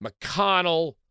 McConnell